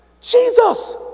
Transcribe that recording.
Jesus